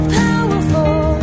powerful